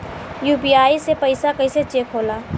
UPI से पैसा कैसे चेक होला?